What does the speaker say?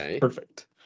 perfect